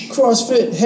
CrossFit